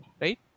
right